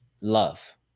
love